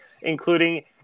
including